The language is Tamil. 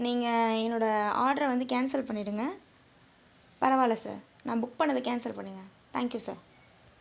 நீங்கள் என்னோடய ஆர்டரை வந்து கேன்சல் பண்ணிடுங்க பரவாயில்ல சார் நான் புக் பண்ணதை கேன்சல் பண்ணுங்க தேங்க்யூ சார்